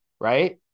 right